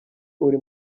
uri